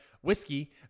whiskey